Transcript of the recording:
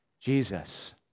Jesus